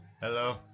Hello